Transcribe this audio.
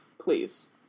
please